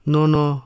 Nono